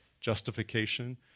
justification